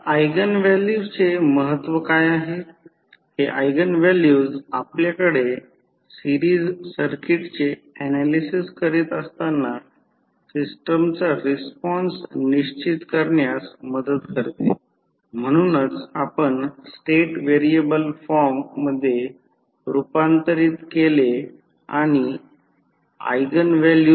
आता लॉस आणि कार्यक्षमता तर रोहीत्रमध्ये वेगवेगळ्या प्रकारचे बंदोबस्त असतात परंतु आपण प्रत्यक्षात काय करू या ही मुख्य चिंता म्हणजे लोहाचे लॉस म्हणजे कोर लॉस म्हणजे एडी विद्युत प्रवाह आणि हिस्टरेसिस एकत्र आहेत आणि तांबे लॉस जो I 2 R आहे